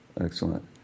Excellent